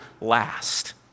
last